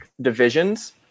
divisions